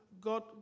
God